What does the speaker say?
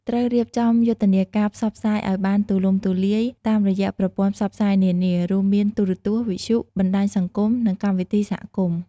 ត្រូវរៀបចំយុទ្ធនាការផ្សព្វផ្សាយឱ្យបានទូលំទូលាយតាមរយៈប្រព័ន្ធផ្សព្វផ្សាយនានា រួមមានទូរទស្សន៍ វិទ្យុ បណ្តាញសង្គម និងកម្មវិធីសហគមន៍។